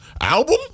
Album